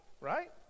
right